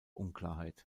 unklarheit